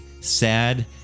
sad